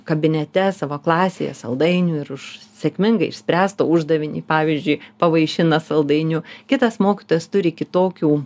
kabinete savo klasėje saldainių ir už sėkmingai išspręstą uždavinį pavyzdžiui pavaišina saldainiu kitas mokytojas turi kitokių